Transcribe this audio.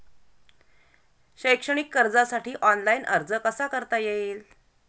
शैक्षणिक कर्जासाठी ऑनलाईन अर्ज कसा करता येईल?